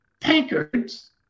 tankards